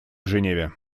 женеве